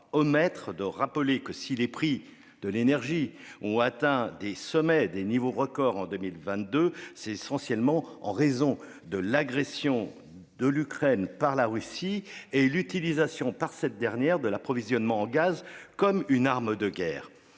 concurrence, rappelons que, si les prix de l'énergie ont atteint des sommets en 2022, c'est essentiellement en raison de l'agression de l'Ukraine par la Russie et de l'utilisation par cette dernière de l'approvisionnement en gaz comme une arme de guerre.